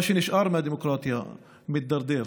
מה שנשאר מהדמוקרטיה מידרדר,